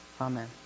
Amen